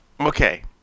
Okay